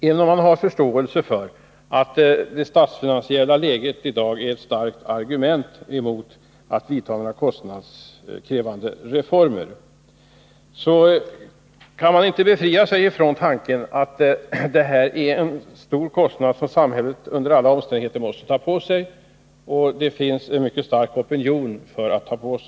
Även om man har förståelse för att det statsfinansiella läget i dag är ett starkt argument mot genomförandet av kostnadskrävande reformer, kan man inte befria sig från tanken att det här rör sig om en stor kostnad som staten under alla omständigheter måste ta på sig, och det finns också en mycket stark opinion härför.